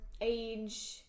age